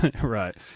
right